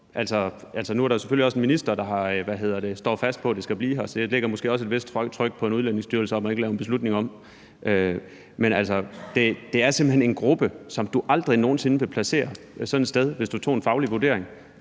Nu er der selvfølgelig også en minister, der står fast på, at det skal blive her, så det lægger måske også et vist tryk på Udlændingestyrelsen for ikke at lave en beslutning om. Men det er simpelt hen en gruppe, som du aldrig nogen sinde ville placere sådan et sted, hvis du tog en faglig vurdering.